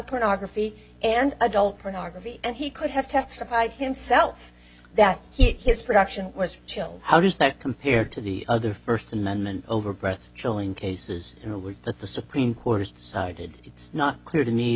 pornography and adult pornography and he could have testified himself that he his production was chilled how does that compare to the other first amendment overgrowth chilling cases who were at the supreme court has decided it's not clear to me